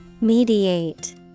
Mediate